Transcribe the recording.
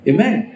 Amen